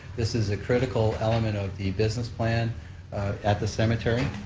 this is a critical element of the business plan at the cemetery,